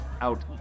out